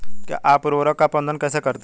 आप उर्वरक का प्रबंधन कैसे करते हैं?